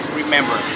remember